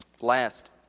Last